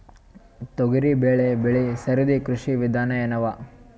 ತೊಗರಿಬೇಳೆ ಬೆಳಿ ಸರದಿ ಕೃಷಿ ವಿಧಾನ ಎನವ?